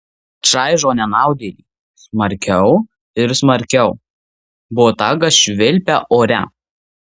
čaižo nenaudėlį smarkiau ir smarkiau botagas švilpia ore